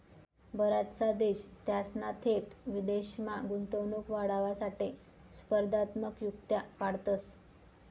बराचसा देश त्यासना थेट विदेशमा गुंतवणूक वाढावासाठे स्पर्धात्मक युक्त्या काढतंस